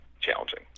challenging